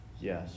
yes